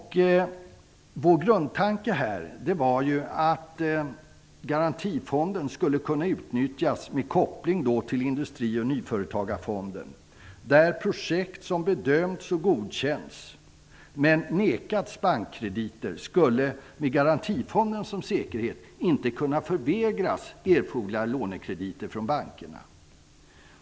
Vår grundtanke var att garantifonden skulle kunna utnyttjas med koppling till Industri och nyföretagarfonden. Projekt som bedömts och godkänts men som förvägrats bankkrediter skulle med garantifonden som säkerhet inte kunna förvägras erforderliga lånekrediter från bankerna.